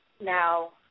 Now